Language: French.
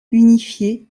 unifiée